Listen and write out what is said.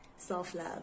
self-love